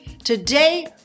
today